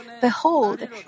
Behold